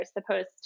supposed